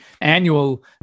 annual